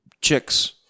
chicks